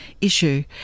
issue